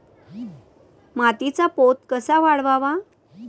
मातीचा पोत कसा वाढवावा?